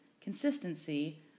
consistency